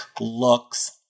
looks